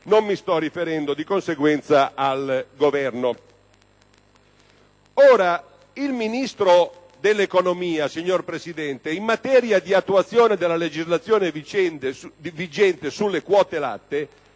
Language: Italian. Non mi sto riferendo, di conseguenza, al Governo. Il Ministro dell'economia, signor Presidente, in materia di attuazione della legislazione vigente sulle quote latte